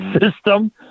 system